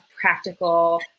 practical